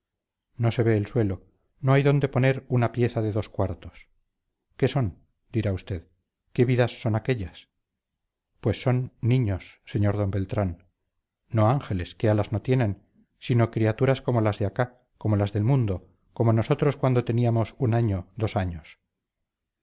no se ve el suelo no hay dónde poner una pieza de dos cuartos qué son dirá usted qué vidas son aquellas pues son niños señor d beltrán no ángeles que alas no tienen sino criaturas como las de acá como las del mundo como nosotros cuando teníamos un año dos años